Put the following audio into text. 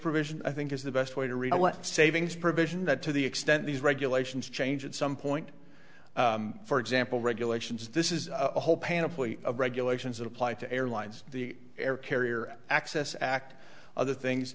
provision i think is the best way to realign savings provision that to the extent these regulations change at some point for example regulations this is a whole panoply of regulations that apply to airlines the air carrier access act other things